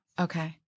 Okay